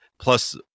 plus